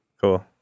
cool